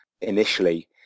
Initially